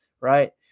Right